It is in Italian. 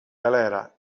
galera